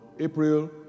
April